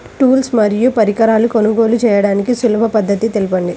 Tools మరియు పరికరాలను కొనుగోలు చేయడానికి సులభ పద్దతి తెలపండి?